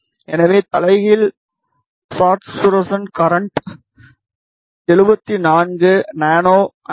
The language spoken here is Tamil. எனவே தலைகீழ் சாட்சுரசன் கரண்ட் 74 nA N 1